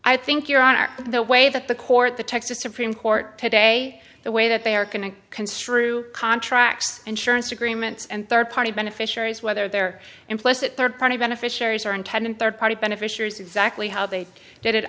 i think your honor the way that the court the texas supreme court today the way that they are going to construe contracts insurance agreements and third party beneficiaries whether they're implicit third party beneficiaries or intendant third party beneficiaries exactly how they did it